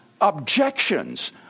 objections